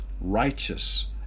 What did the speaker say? Righteous